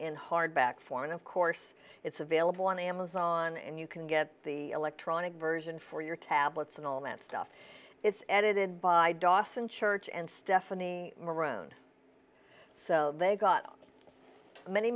in hardback form of course it's available on amazon and you can get the electronic version for your tablets and all that stuff it's edited by dawson church and stephanie around so they got many